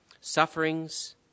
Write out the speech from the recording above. sufferings